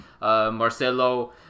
Marcelo